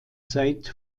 zeit